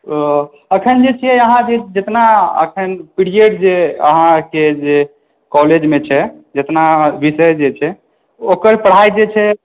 ओ अखन जे छियै अहाँ जे जेतना अखन पिरियड जे अहाँके जे कॉलेजमे जे छै अपना विषय जे छै ओकर पढ़ाइ जे छै